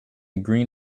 green